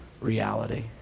reality